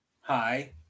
Hi